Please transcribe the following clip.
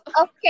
Okay